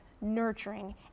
nurturing